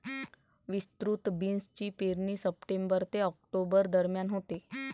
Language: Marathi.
विस्तृत बीन्सची पेरणी सप्टेंबर ते ऑक्टोबर दरम्यान होते